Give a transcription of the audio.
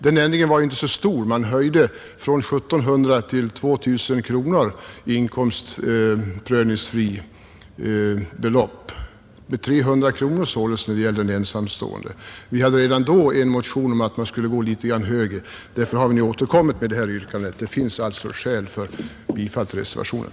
Den ändringen var inte stor: man höjde det inkomstprövningsfria beloppet med 300 kronor för en ensamstående, från 1 700 till 2 000 kronor. Vi hade redan då en motion om att man skulle gå litet högre. Därför har vi nu återkommit med det här yrkandet. Det finns alltså skäl för bifall till reservationen.